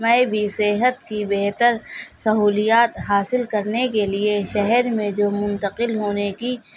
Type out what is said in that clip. میں بھی صحت کی بہتر سہولیات حاصل کرنے کے لیے شہر میں جو منتقل ہونے کی